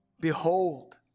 Behold